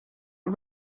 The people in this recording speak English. not